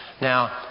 Now